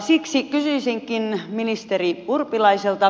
siksi kysyisinkin ministeri urpilaiselta